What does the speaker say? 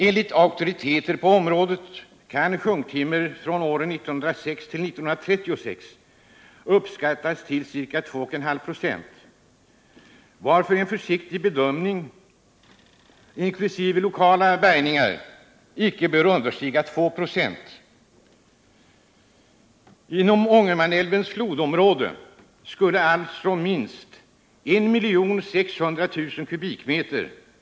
Enligt auktoriteter på området kan andelen sjunktimmer åren 1906-1936 uppskattas till ca 2,5 26. En försiktig bedömning, inkl. lokala bärgningar, bör därför icke understiga 2 20. Inom Ångermanälvens flodområde skulle alltså minst 1,6 miljoner m?